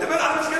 מדבר על המסגדים.